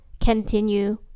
continue